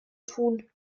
tun